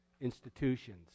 institutions